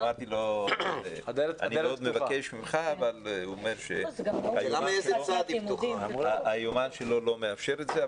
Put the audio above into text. אמרתי לו שאני מאוד מבקש ממנו אבל הוא אמר שהיומן שלו לא מאפשר זאת.